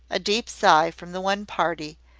a deep sigh from the one party,